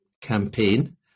campaign